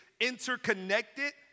interconnected